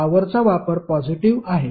पॉवरचा वापर पॉजिटीव्ह आहे